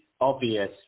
obvious